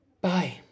bye